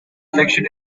election